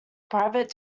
private